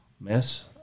Miss